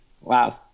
wow